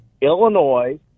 Illinois